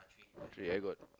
three I got